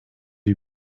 you